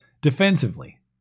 defensively